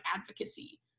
advocacy